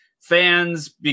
fans